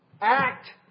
act